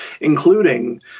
including